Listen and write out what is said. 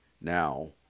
now